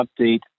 update